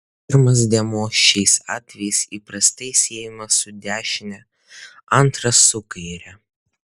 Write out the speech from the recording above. pirmas dėmuo šiais atvejais įprastai siejamas su dešine antras su kaire